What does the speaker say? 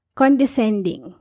condescending